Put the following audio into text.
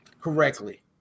Correctly